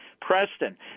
Preston